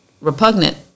repugnant